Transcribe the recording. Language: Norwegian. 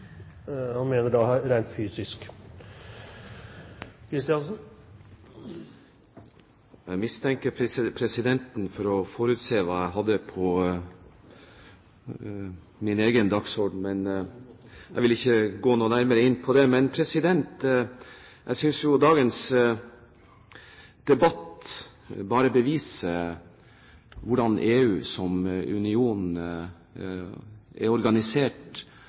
han mener da rent fysisk. – Ivar Kristiansen, vær så god. Jeg mistenker presidenten for å forutse hva jeg hadde på min egen dagsorden. På ingen måte! Jeg vil ikke gå noe nærmere inn på det. Jeg synes dagens debatt bare beviser hvordan EU som union er organisert,